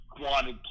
wanted